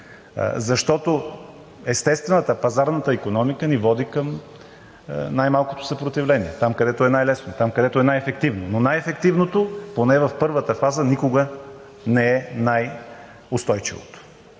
Защото естествената, пазарната икономика ни води към най-малкото съпротивление – там, където е най-лесно, там, където е най-ефективно. Но най-ефективното, поне в първата фаза, никога не е най-устойчивото